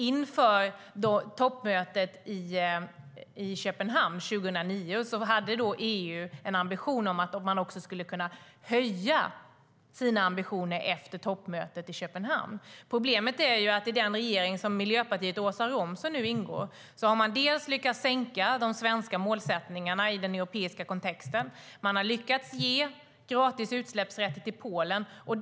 Inför toppmötet i Köpenhamn 2009 hade EU en ambition om att man skulle kunna höja sina ambitioner efter toppmötet. Problemet är att den regering som Miljöpartiet och Åsa Romson nu ingår i har lyckats sänka de svenska målsättningarna i den europeiska kontexten. Man har också lyckats ge gratis utsläppsrätter till Polen.